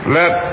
let